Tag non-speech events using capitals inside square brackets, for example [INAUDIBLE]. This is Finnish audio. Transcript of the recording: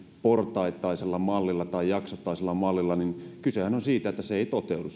portaittaisella mallilla tai jaksottaisella mallilla kysehän on siitä että se lupaus ei toteudu [UNINTELLIGIBLE]